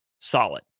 solid